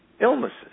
illnesses